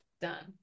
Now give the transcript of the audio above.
done